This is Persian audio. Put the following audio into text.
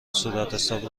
صورتحساب